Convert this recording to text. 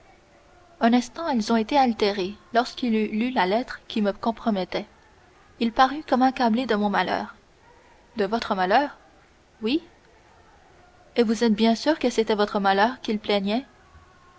un instant elles ont été altérées lorsqu'il eut lu la lettre qui me compromettait il parut comme accablé de mon malheur de votre malheur oui et vous êtes bien sûr que c'était votre malheur qu'il plaignait